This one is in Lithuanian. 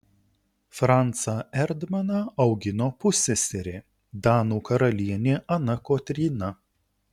francą erdmaną augino pusseserė danų karalienė ana kotryna